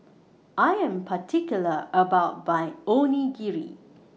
I Am particular about My Onigiri